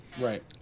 Right